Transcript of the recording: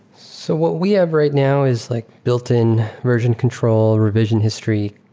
so what we have right now is like built-in version control, revision history.